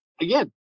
again